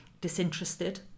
disinterested